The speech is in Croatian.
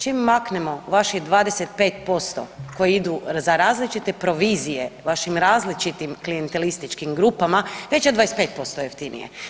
Čim maknemo vaših 25% koji idu za različite provizije vašim različitim klijentelističkim grupama već će 25% jeftinije.